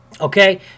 Okay